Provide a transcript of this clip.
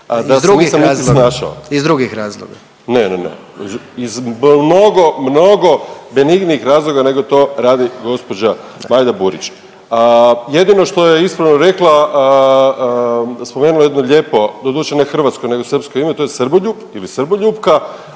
Iz drugih razloga./…